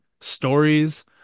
stories